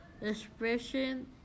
expression